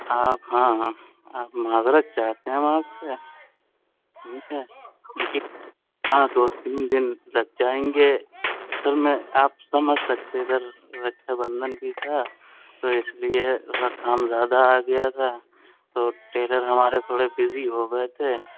ہاں ہاں ہاں ہاں معذرت چاہتے ہیں ہم آپ سے ٹھیک ہے کیونکہ ہاں دو تین دن لگ جائیں گے اصل میں آپ سمجھ سکتے ادھر رکشا بندھن بھی تھا تو اس لیے ذرا کام زیادہ آ گیا تھا تو ٹیلر ہمارے تھوڑے بزی ہو گئے تھے